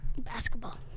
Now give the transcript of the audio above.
Basketball